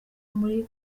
muri